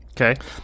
Okay